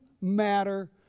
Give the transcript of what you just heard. matter